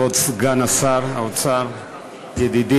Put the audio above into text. כבוד סגן שר האוצר ידידי,